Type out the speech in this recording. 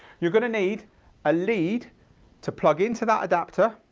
you're going to need a lead to plug into that adapter,